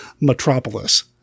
Metropolis